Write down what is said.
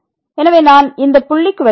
எனவே நான் இந்த புள்ளிக்கு வருகிறேன்